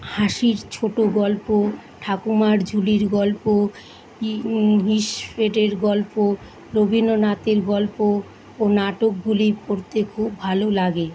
হাসির ছোটো গল্প ঠাকুমার ঝুলির গল্প ই ঈশেটের গল্প রবীন্দ্রনাথের গল্প ও নাটকগুলি পড়তে খুব ভালো লাগে